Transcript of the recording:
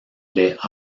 les